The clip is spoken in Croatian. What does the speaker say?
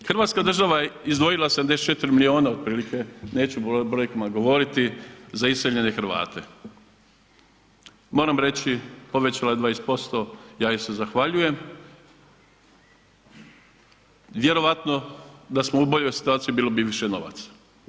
Hrvatska država je izdvojila 74 milijuna otprilike, neću o brojkama govoriti za iseljene Hrvate, moram reći povećala je 20%, ja im se zahvaljujem, vjerojatno da smo u boljoj situaciji bilo bi više novaca.